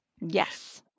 Yes